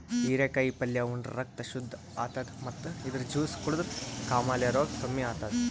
ಹಿರೇಕಾಯಿ ಪಲ್ಯ ಉಂಡ್ರ ರಕ್ತ್ ಶುದ್ದ್ ಆತದ್ ಮತ್ತ್ ಇದ್ರ್ ಜ್ಯೂಸ್ ಕುಡದ್ರ್ ಕಾಮಾಲೆ ರೋಗ್ ಕಮ್ಮಿ ಆತದ್